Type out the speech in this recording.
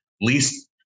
least